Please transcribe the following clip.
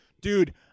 dude